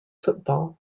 football